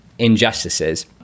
injustices